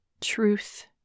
truth